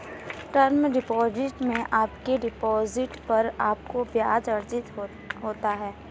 term deposit में आपके deposit पर आपको ब्याज़ अर्जित होता है